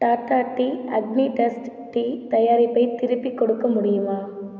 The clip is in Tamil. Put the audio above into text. Tata tea Agni dust tea தயாரிப்பை திருப்பி கொடுக்க முடியுமா